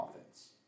offense